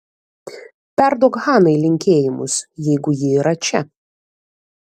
perduok hanai linkėjimus jeigu ji yra čia